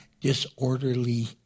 disorderly